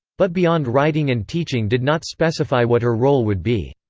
but beyond writing and teaching did not specify what her role would be.